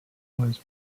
was